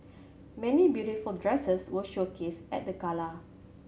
many beautiful dresses were showcased at the gala